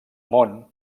món